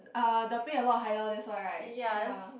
uh the pay a lot higher that's why right ya